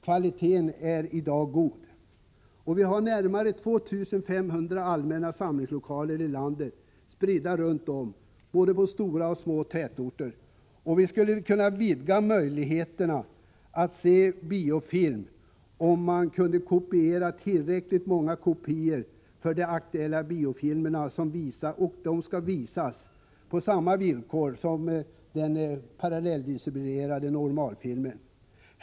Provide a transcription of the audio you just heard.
Kvaliteten är i dag god. Vi har närmare 2 500 allmänna samlingslokaler i landet, spridda runt om på både stora och små tätorter. Vi skulle kunna vidga möjligheterna att se biofilm om tillräckligt många kopior av de aktuella biofilmerna kunde åstadkommas, för visning på samma villkor som för den parallelldistribuerade normalfilmen.